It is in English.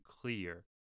clear